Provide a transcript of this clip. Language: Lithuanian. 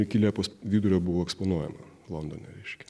iki liepos vidurio buvo eksponuojama londone reiškia